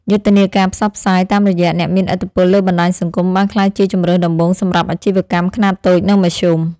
យុទ្ធនាការផ្សព្វផ្សាយតាមរយៈអ្នកមានឥទ្ធិពលលើបណ្តាញសង្គមបានក្លាយជាជម្រើសដំបូងសម្រាប់អាជីវកម្មខ្នាតតូចនិងមធ្យម។